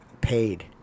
paid